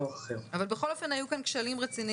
גם שם יש קושי.